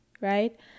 right